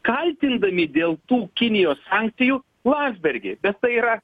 kaltindami dėl tų kinijos sankcijų landsbergį bet tai yra